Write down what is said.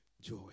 Joy